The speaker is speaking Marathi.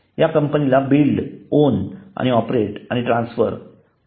या प्रणालीला build own operate and transfer i